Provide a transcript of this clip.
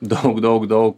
daug daug daug